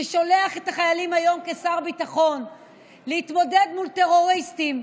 ששולח את החיילים היום כשר ביטחון להתמודד מול טרוריסטים,